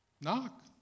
Knock